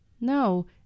No